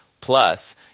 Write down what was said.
Plus